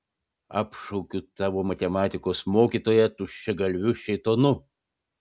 apšaukiu tavo matematikos mokytoją tuščiagalviu šėtonu